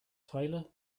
tyler